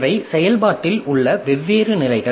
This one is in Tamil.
இவை செயல்பாட்டில் உள்ள வெவ்வேறு நிலைகள்